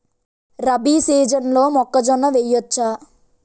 రబీ సీజన్లో మొక్కజొన్న వెయ్యచ్చా?